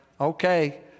okay